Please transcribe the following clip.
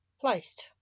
placed